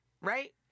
right